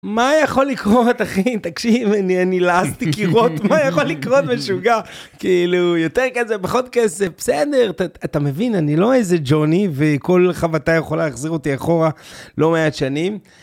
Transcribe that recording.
מה יכול לקרות, אחי? תקשיב, אני לעסתי קירות, מה יכול לקרות, משוגע? כאילו, יותר כזה, פחות כזה, בסדר, אתה מבין, אני לא איזה ג'וני, וכל חבטה יכולה להחזיר אותי אחורה לא מעט שנים.